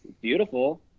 beautiful